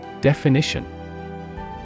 Definition